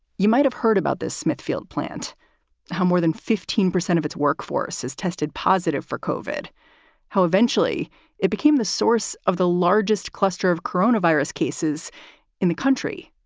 you might have heard about this smithfield plant now more than fifteen percent of its workforce has tested positive for covered how eventually it became the source of the largest cluster of coronavirus cases in the country.